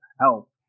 help